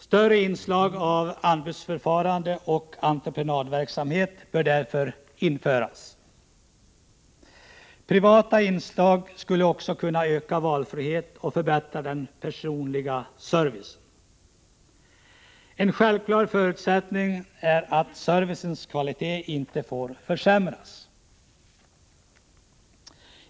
Större inslag av anbudsförfarande och entreprenadverksamhet bör därför införas. Privata inslag skulle också kunna öka valfriheten och förbättra den personliga servicen. En självklar förutsättning är att servicens kvalitet inte får försämras.